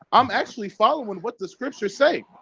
i'm actually following what the scriptures say.